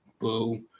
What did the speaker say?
boo